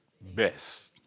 best